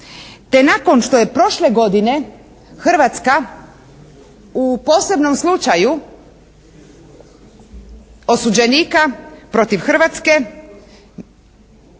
te nakon što je prošle godine Hrvatska u posebnom slučaju osuđenika protiv Hrvatske